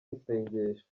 n’isengesho